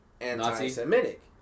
anti-Semitic